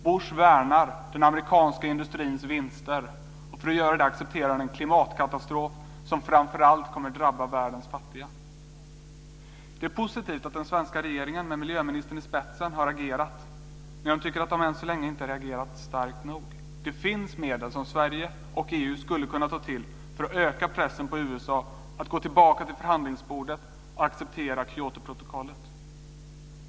Bush värnar den amerikanska industrins vinster, och för att göra det accepterar han en klimatkatastrof som framför allt kommer att drabba världens fattiga. Det är positivt att den svenska regeringen med miljöministern i spetsen har agerat, men jag tycker att den än så länge inte har agerat starkt nog. Det finns medel som Sverige och EU skulle kunna ta till för att öka pressen på USA att gå tillbaka till förhandlingsbordet och acceptera Kyotoprotokollet.